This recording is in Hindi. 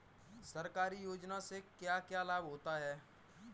सरकारी योजनाओं से क्या क्या लाभ होता है?